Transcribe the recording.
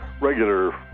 regular